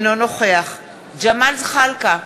אינו נוכח ג'מאל זחאלקה,